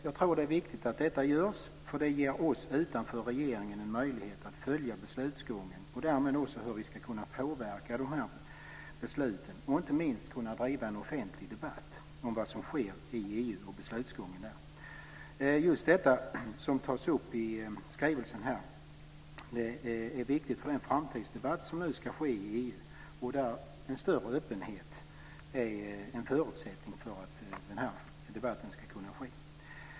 Jag tror att det är viktigt att detta görs, för det ger oss utanför regeringen en möjlighet att följa beslutsgången och därmed också hur vi ska kunna påverka de här besluten och inte minst kunna driva en offentlig debatt om vad som sker i EU och beslutsgången där. Just detta som tas upp i skrivelsen här är viktigt för den framtidsdebatt som nu ska ske i EU och där en större öppenhet är en förutsättning för att den här debatten ska kunna ske.